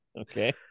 Okay